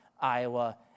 Iowa